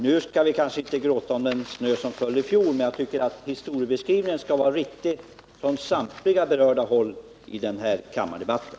Nu skall vi kanske inte gråta över den snö som föll i fjol, men jag tycker att historieskrivningen skall vara riktig från samtliga håll i den här kammardebatten.